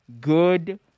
good